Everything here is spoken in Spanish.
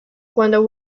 cuando